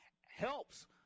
helps